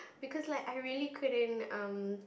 because like I really couldn't um